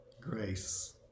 grace